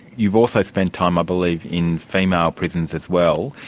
you've also spent time i believe in female prisons as well.